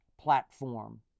platform